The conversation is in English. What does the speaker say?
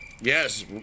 yes